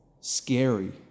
scary